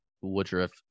Woodruff